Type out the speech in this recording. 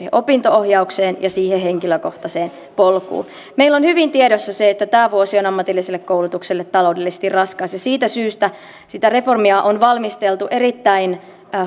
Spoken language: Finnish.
opinto ohjaukseen ja henkilökohtaiseen polkuun meillä on hyvin tiedossa se että tämä vuosi on ammatilliselle koulutukselle taloudellisesti raskas ja siitä syystä sitä reformia on valmisteltu erittäin